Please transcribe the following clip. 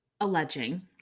alleging